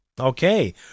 okay